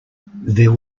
there